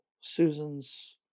susan's